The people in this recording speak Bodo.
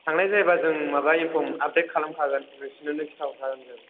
थांनाय जायोबा जों माबा इन्फर्म माबा आपडेट खालाम खागोन नोंसोरनोनो खिन्थाहरखागोन जों